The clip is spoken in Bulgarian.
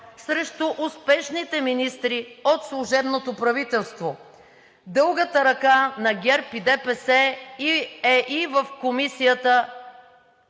срещу успешните министри от служебното правителство. Дългата ръка на ГЕРБ и ДПС е и в Комисията